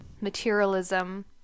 materialism